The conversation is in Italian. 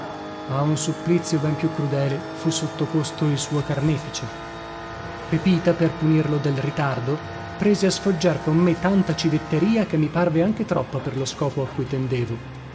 a un supplizio ben più crudele fu sottoposto il suo carnefice pepita per punirlo del ritardo prese a sfoggiar con me tanta civetteria che mi parve anche troppa per lo scopo a cui tendevo